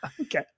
okay